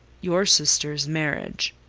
your sister's marriage.